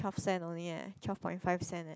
twelve cent only eh twelve point five cent eh